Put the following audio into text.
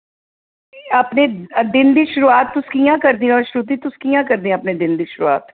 अपने दिन दी शुरुआत तुस कि'यां करदे ओ श्रुती तुस कि'यां करदे अपने दिन दी शुरुआत